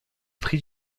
prix